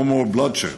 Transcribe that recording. no more bloodshed,